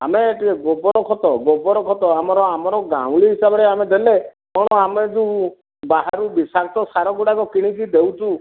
ଆମେ ଟିକିଏ ଗୋବର ଖତ ଗୋବର ଖତ ଆମର ଆମର ଗାଉଁଲି ହିସାବରେ ଆମେ ଦେଲେ କଣ ଆମେ ଯେଉଁ ବାହାରୁ ବିଷାକ୍ତ ସାର ଗୁଡ଼ାକ କିଣିକି ଦେଉଛୁ